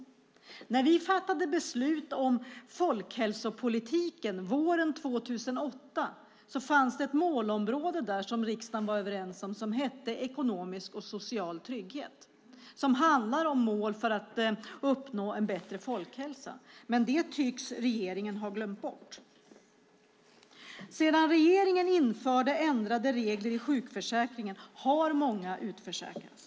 När vi våren 2008 fattade beslut om folkhälsopolitiken fanns ett målområde som riksdagen var överens om, nämligen målområdet Ekonomisk och social trygghet. Det handlar om mål för att uppnå en bättre folkhälsa. Det tycks regeringen ha glömt bort. Sedan regeringen införde ändrade regler i sjukförsäkringen har många utförsäkrats.